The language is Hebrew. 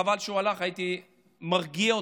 חבל שהוא הלך, הייתי מרגיע אותו.